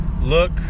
look